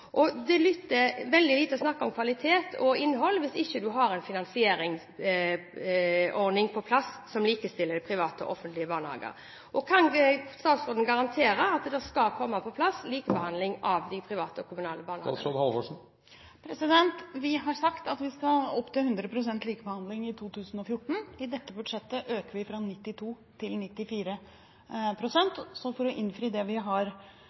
likebehandling. Det nytter veldig lite å snakke om kvalitet og innhold hvis en ikke har en finansieringsordning som likestiller offentlige og private barnehager, på plass. Kan statsråden garantere at det kommer på plass en likebehandling av private og kommunale barnehager? Vi har sagt at vi skal opp til 100 pst. likebehandling i 2014. I dette budsjettet øker vi fra 92 til 94 pst., så for å innfri det vi har